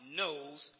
knows